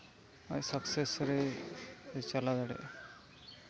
ᱟᱡ ᱥᱟᱠᱥᱮᱥ ᱨᱮᱭ ᱪᱟᱞᱟᱣ ᱫᱟᱲᱮᱭᱟᱜᱼᱟ